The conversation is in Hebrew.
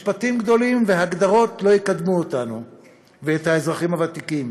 משפטים גדולים והגדרות לא יקדמו אותנו ואת האזרחים הוותיקים,